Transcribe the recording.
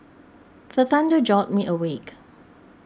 the thunder jolt me awake